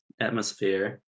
atmosphere